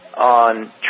On